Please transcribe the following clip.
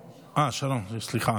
סליחה,